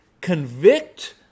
Convict